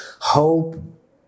hope